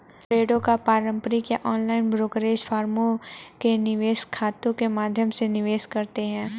ट्रेडों को पारंपरिक या ऑनलाइन ब्रोकरेज फर्मों के निवेश खातों के माध्यम से निवेश करते है